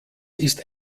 ist